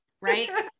Right